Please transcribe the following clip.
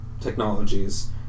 technologies